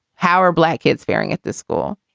how are black kids faring at this school?